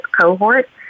cohort